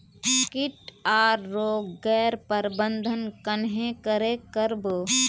किट आर रोग गैर प्रबंधन कन्हे करे कर बो?